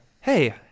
hey